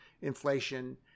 inflation